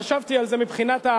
חשבתי על זה מבחינת,